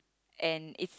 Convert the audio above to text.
and it's